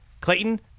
clayton